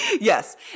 Yes